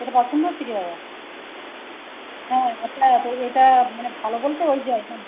এটা পছন্দ হচ্ছে কি দাদা হ্যাঁ আচ্ছা তো এটা মানে ভালো বলতে ওই যে একদম